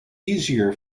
easier